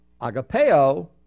agapeo